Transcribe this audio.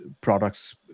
products